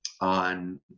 on